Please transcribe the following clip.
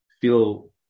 feel